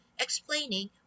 explaining